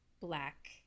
black